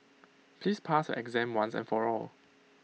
please pass your exam once and for all